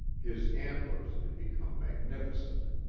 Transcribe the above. his antlers had become magnificent.